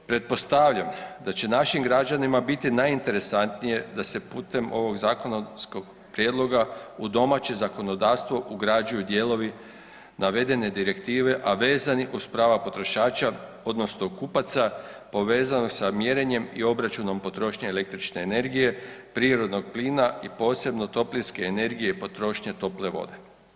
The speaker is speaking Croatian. Pretpostavljam da će našim građanima biti najinteresantije da se putem ovog zakonskog prijedloga u domaće zakonodavstvo ugrađuju dijelovi navedene direktive a vezani uz prava potrošača, odnosno kupaca povezanog sa mjerenjem i obračunom potrošnje električne energije, prirodnog plina i posebno toplinske energije i potrošnje tople vode.